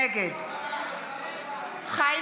נגד חיים